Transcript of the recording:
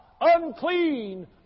Unclean